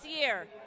year